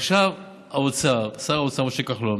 עכשיו, האוצר משה כחלון